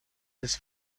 his